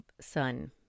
sun